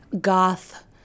goth